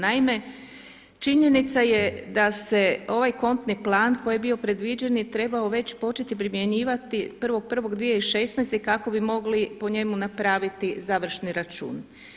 Naime, činjenica je da se ovaj kontni plan koji je bio predviđen trebao već početi primjenjivati 1.1.2016. kako bi mogli po njemu napraviti završni račun.